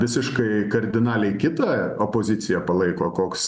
visiškai kardinaliai kitą opoziciją palaiko koks